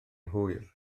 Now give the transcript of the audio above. hwyr